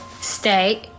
stay